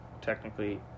technically